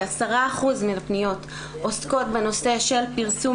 כ-10 אחוזים מן הפניות עסקות בנושא של פרסום